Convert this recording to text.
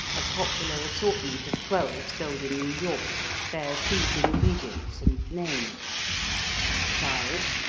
a popular assortment of twelve sold in new york bears these ingredients and names chives,